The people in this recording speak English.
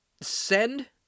send